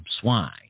swine